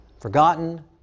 forgotten